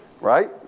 Right